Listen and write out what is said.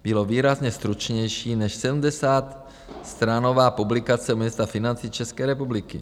Bylo výrazně stručnější než 70stránková publikace ministra financí České republiky.